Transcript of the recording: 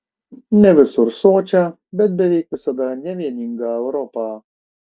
ne visur sočią bet beveik visada nevieningą europą